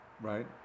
right